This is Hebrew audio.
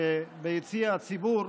שביציע הציבור